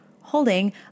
holding